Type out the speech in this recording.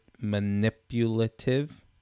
manipulative